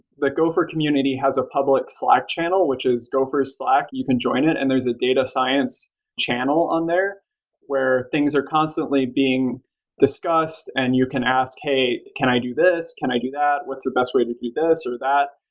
gopher community has a public slack channel, which is gopher slack. you can join it, and there's a data science channel on there where things are constantly being discussed and you can ask, hey, can i do this? can i do that? what's the best way to do this, or that?